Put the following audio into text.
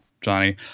Johnny